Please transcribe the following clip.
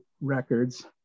records